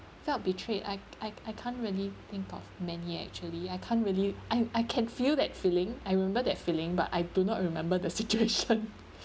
felt betrayed I I I can't really think of many actually I can't really I I can feel that feeling I remember that feeling but I do not remember the situation